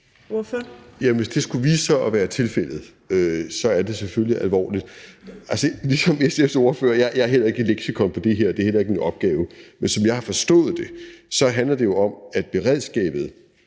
Jamen hvis det skulle vise sig at være tilfældet, er det selvfølgelig alvorligt. Ligesom SF's ordfører er jeg heller ikke et leksikon på det her, og det er heller ikke min opgave. Men som jeg har forstået det, handler det jo om, at beredskabet